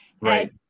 Right